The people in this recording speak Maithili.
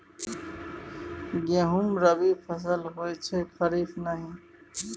गहुम रबी फसल होए छै खरीफ नहि